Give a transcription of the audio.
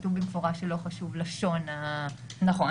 וכתוב במפורש שלא חשובה לשון --- נכון,